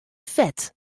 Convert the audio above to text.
fet